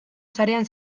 sarean